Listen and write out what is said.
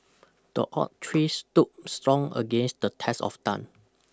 the oak tree stood strong against the test of time